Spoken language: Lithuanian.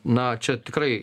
na čia tikrai